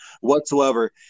whatsoever